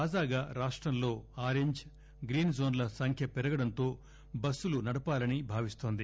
తాజాగా రాష్టంలో orange green జోన్ల సంఖ్య పెరగడంతో బస్సులు నడపాలనే భావిస్తోంది